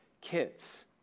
kids